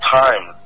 time